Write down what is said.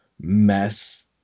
mess